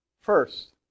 First